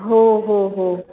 हो हो हो